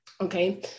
Okay